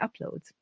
uploads